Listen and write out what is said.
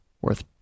worth